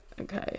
Okay